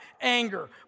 anger